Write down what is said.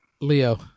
Leo